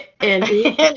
Andy